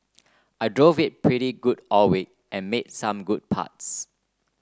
I drove it pretty good all week and made some good putts